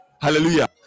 Hallelujah